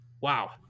wow